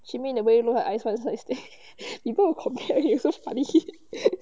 she made the way look like is one light stick people were comparing it was so funny